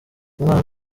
umwana